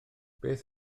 beth